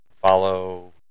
follow